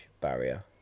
barrier